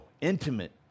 intimate